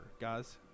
Guys